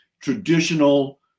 traditional